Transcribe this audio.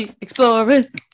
explorers